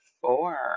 four